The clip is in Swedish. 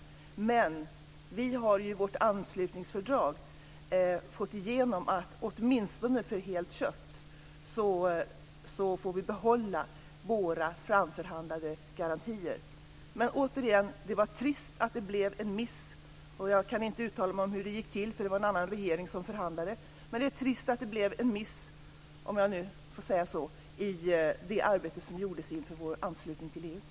Sverige har dock i sitt anslutningsfördrag fått igenom att vi här får behålla våra framförhandlade garantier åtminstone för helt kött. Återigen: Det var trist att det blev en miss. Jag kan inte uttala mig om hur det gick till, för det var en annan regering som förhandlade. Det är alltså trist att det blev en miss - om jag nu får säga så - i det arbete som gjordes inför Sveriges anslutning till EU.